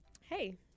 Hey